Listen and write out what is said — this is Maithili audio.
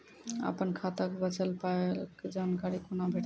अपन खाताक बचल पायक जानकारी कूना भेटतै?